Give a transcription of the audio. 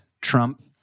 Trump